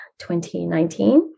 2019